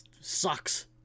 Sucks